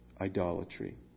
idolatry